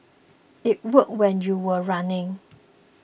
it worked when you were running